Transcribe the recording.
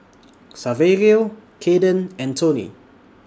Saverio Kaiden and Tony